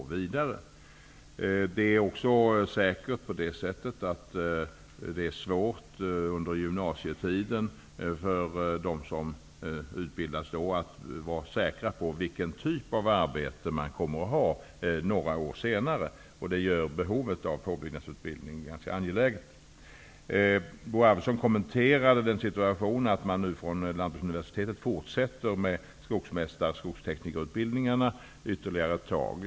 Det är säkert också svårt för dem som utbildas att under gymnasietiden vara säkra på vilken typ av arbete de kommer att ha några år senare, och det gör behovet av påbyggnadsutbildning angeläget. Bo Arvidson kommenterade den situationen att Lantbruksuniversitetet nu fortsätter med skogsmästar och skogsteknikerutbildningarna ytterligare en tid.